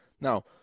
Now